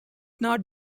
not